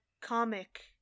comic